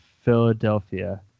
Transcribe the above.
Philadelphia